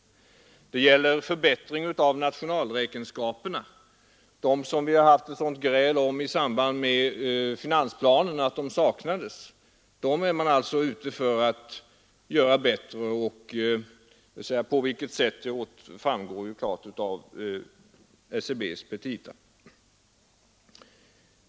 Detsamma gäller en förbättring av nationalräkenskaperna. I samband med behandlingen av finansplanen hade vi ett gräl om att nationalbudgeten saknades, och nu är man alltså ute för att göra den bättre — på vilket sätt framgår klart av SCB:s petita.